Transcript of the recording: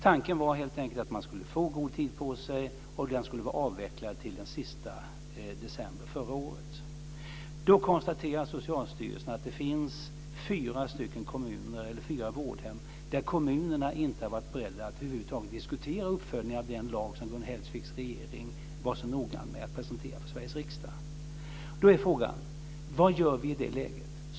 Tanken var helt enkelt att man skulle få god tid på sig, och vårdhemmen skulle vara avvecklade till den sista december förra året. Då konstaterade Socialstyrelsen att det fanns fyra vårdhem där kommunerna inte varit beredda att över huvud taget diskutera uppföljning av den lag som Gun Hellsviks regering var så noga med att presentera för Sveriges riksdag. Då är frågan: Vad gör vi i det läget?